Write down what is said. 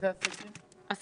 אנחנו